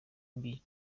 mbi